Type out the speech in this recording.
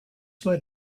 might